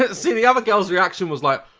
ah see, the other girls reaction was like